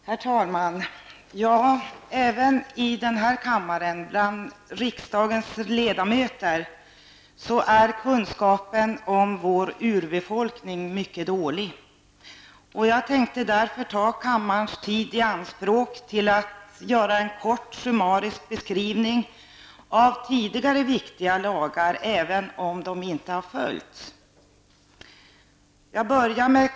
Herr talman! Även i denna kammare bland riksdagens ledamöter är kunskapen om vår urbefolkning mycket dålig. Jag tänkte därför ta kammarens tid i anspråk till att göra en kort summarisk beskrivning av tidigare viktiga lagar som berört samerna, även om de inte har följts.